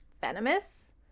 venomous